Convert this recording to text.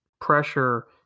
pressure